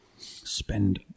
spend